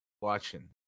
watching